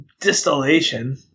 distillation